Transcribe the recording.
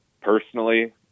personally